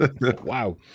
Wow